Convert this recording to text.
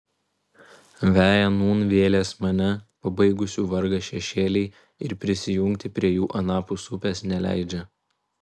veja nūn vėlės mane pabaigusių vargą šešėliai ir prisijungti prie jų anapus upės neleidžia